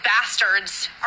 bastards